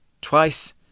Twice